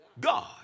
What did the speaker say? God